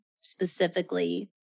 specifically